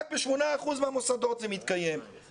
רק בשמונה אחוזים מהמוסדות זה מתקיים.